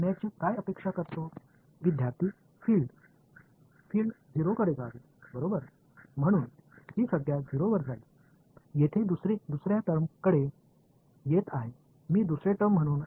இங்கே இரண்டாவது வெளிப்பாட்டிற்கு வருவோம் இரண்டாவது வெளிப்பாடாக நான் எழுதி இருப்பது மாதிரியே நீடித்திருக்கிறது மற்றும் அவர்களுக்கிடையே தொடர்பு என்ன